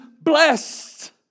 Blessed